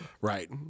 Right